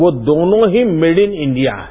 वो दोनों ही मेड इन इंडिया हैं